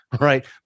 right